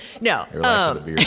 No